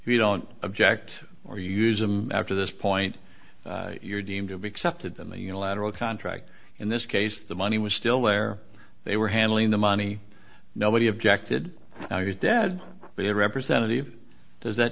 if you don't object or use them after this point you're deemed to be accepted them a unilateral contract in this case the money was still there they were handling the money nobody objected i was dead but a representative does that